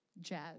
jazz